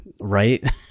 Right